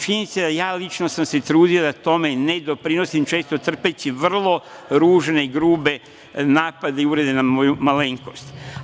Činjenica je da sam se ja lično trudio da tome ne doprinosim, često trpeći vrlo ružne i grube napade na moju malenkost.